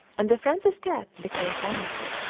and the francis cats became famous.